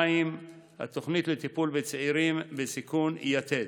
2. התוכנית לטיפול בצעירים בסיכון יתד.